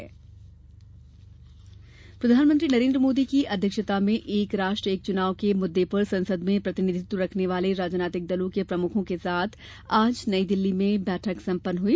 एक देश एक चुनाव प्रधानमंत्री नरेन्द्र मोदी की अध्यक्षता में एक राष्ट्र एक चुनाव के मुद्दे पर संसद में प्रतिनिधित्व रखने वाले राजनीतिक दलों के प्रमुखों के साथ आज नई दिल्ली में बैठक सम्पन्न हई